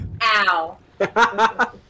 Ow